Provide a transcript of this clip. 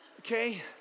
Okay